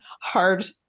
hard